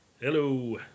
Hello